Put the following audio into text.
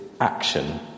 action